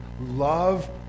love